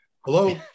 Hello